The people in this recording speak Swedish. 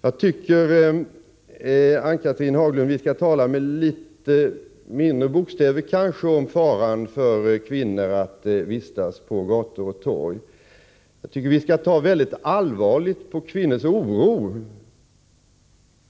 Jag tycker, Ann-Cathrine Haglund, att vi skall tala med litet mindre bokstäver om faran för kvinnor att vistas på gator och torg. Vi skall ta allvarligt på kvinnors oro